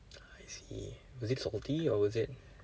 I see was it salty or was it